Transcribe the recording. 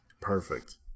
Perfect